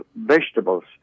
vegetables